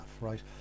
right